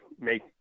make